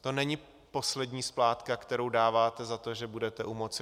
To není poslední splátka, kterou dáváte za to, že budete u moci.